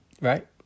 Right